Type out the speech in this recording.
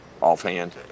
offhand